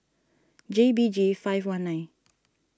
J B G five one nine